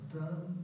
done